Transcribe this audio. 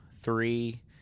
three